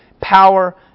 power